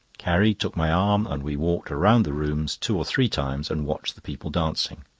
carrie took my arm and we walked round the rooms two or three times and watched the people dancing.